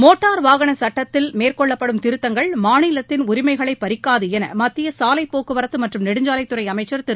motor வாகன சட்டத்தில் மே ற் கொள்ளப் படும் திருத்து கள் மா ந ி லங்களின் உரிமைகளை பாதிக்காது என் மத்திய சாலை போக்குவரத்து மற்றும் நெடுஞ்சாலைத்துறை அமைச்சர் திரு